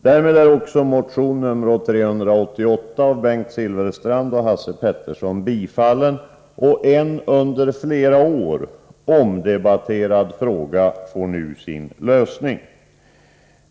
Därmed tillstyrks motion 388 av Bengt Silfverstrand och Hans Pettersson i Helsingborg. En under flera år omdebatterad fråga får nu sin lösning.